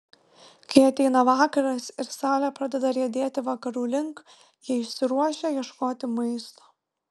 kai ateina vakaras ir saulė pradeda riedėti vakarų link jie išsiruošia ieškoti maisto